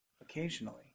Occasionally